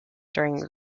during